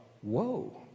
whoa